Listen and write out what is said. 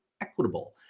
Equitable